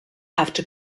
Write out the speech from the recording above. after